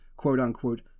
quote-unquote